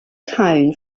town